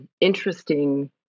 interesting